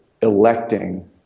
electing